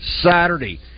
Saturday